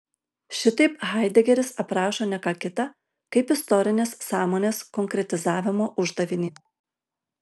šitaip haidegeris aprašo ne ką kita kaip istorinės sąmonės konkretizavimo uždavinį